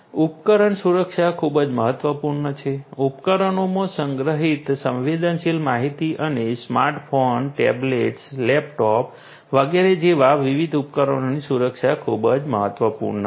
ઉપકરણ સુરક્ષા ખૂબ જ મહત્વપૂર્ણ છે ઉપકરણોમાં સંગ્રહિત સંવેદનશીલ માહિતી અને સ્માર્ટફોન ટેબ્લેટ લેપટોપ વગેરે જેવા વિવિધ ઉપકરણોની સુરક્ષા ખૂબ જ મહત્વપૂર્ણ છે